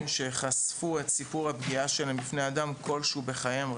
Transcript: שחשפו את סיפור הפגיעה שלהם בפני אדם כלשהו בחייהם,